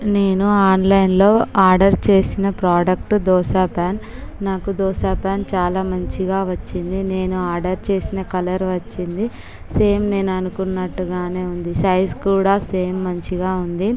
నేను ఆన్లైన్లో ఆర్డర్ చేసిన ప్రాడెక్టు దోస పాన్ నాకు దోస పాన్ చాలా మంచిగా వచ్చింది నేను ఆర్డర్ చేసిన కలర్ వచ్చింది సేమ్ నేను అనుకున్నట్టుగా వుంది సైజు కూడా సేమ్ మంచిగా ఉంది